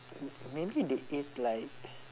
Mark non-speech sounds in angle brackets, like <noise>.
<noise> maybe they eat like